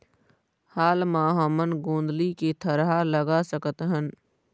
हाल मा हमन गोंदली के थरहा लगा सकतहन?